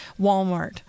Walmart